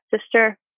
sister